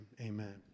amen